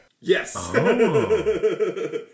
Yes